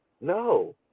No